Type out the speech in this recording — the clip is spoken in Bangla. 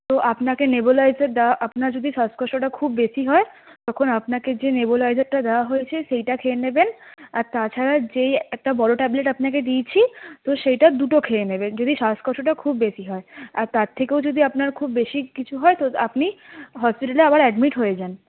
তো আপনাকে নেবুলাইজার দেওয়া আপনার যদি শ্বাসকষ্টটা খুব বেশি হয় তখন আপনাকে যে নেবুলাইজারটা দেওয়া হয়েছে সেইটা খেয়ে নেবেন আর তাছাড়া যেই একটা বড়ো ট্যাবলেট আপনাকে দিয়ছি তো সেইটার দুটো খেয়ে নেবেন যদি শ্বাসকষ্টটা খুব বেশি হয় আর তার থেকেও যদি আপনার খুব বেশি কিছু হয় তো আপনি হসপিটালে আবার এডমিট হয়ে যান